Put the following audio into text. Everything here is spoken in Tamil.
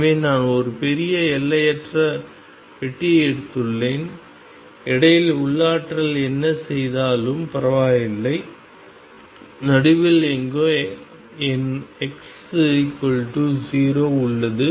எனவே நான் ஒரு பெரிய எல்லையற்ற பெட்டியை எடுத்துள்ளேன் இடையில் உள்ளாற்றல் என்ன செய்தாலும் பரவாயில்லை நடுவில் எங்கோ என் x0 உள்ளது